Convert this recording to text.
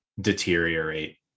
deteriorate